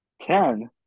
Ten